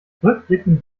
rückblickend